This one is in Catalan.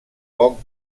poc